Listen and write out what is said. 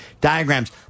diagrams